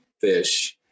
fish